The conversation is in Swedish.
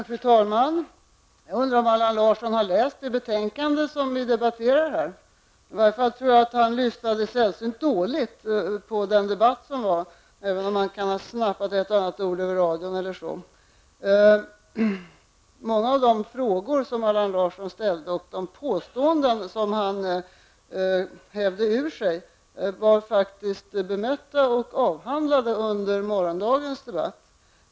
Fru talman! Jag undrar om Allan Larsson har läst det betänkande som vi här debatterar. I varje fall tror jag att han har lyssnat sällsynt dåligt på debatten, även om han kan ha snappat upp ett och annat ord över radion. Många av de frågor som Allan Larsson ställde och de påståenden som han hävde ur sig har faktiskt blivit bemötta och avhandlade under morgonens debatt.